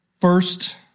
First